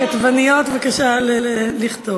הכתבניות, בבקשה לכתוב.